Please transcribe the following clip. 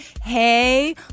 hey